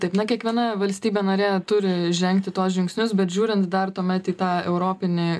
taip na kiekviena valstybė narė turi žengti tuos žingsnius bet žiūrint dar tuomet į tą europinį